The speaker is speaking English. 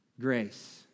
Grace